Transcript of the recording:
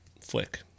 Flick